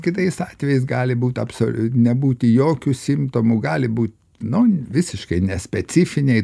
kitais atvejais gali būti absol nebūti jokių simptomų gali būti nu visiškai nespecifiniai